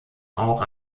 auch